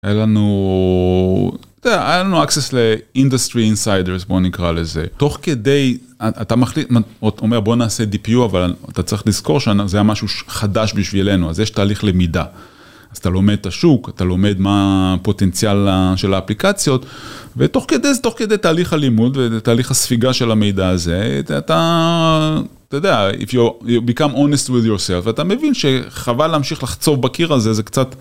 היה לנו access לindustry insiders, בוא נקרא לזה. תוך כדי, אתה מחליט, הוא אומר בוא נעשה dpu, אבל אתה צריך לזכור שזה היה משהו חדש בשבילנו, אז יש תהליך למידה, אז אתה לומד את השוק, אתה לומד מה הפוטנציאל של האפליקציות, ותוך כדי תהליך הלימוד ותהליך הספיגה של המידע הזה, אתה, אתה יודע, if you become honest with yourself, ואתה מבין שחבל להמשיך לחצוב בקיר הזה, זה קצת,